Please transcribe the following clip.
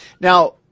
Now